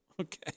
Okay